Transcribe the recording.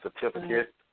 certificate